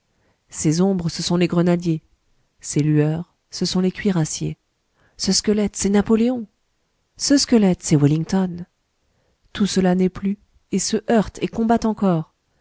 ces ombres ce sont les grenadiers ces lueurs ce sont les cuirassiers ce squelette c'est napoléon ce squelette c'est wellington tout cela n'est plus et se heurte et combat encore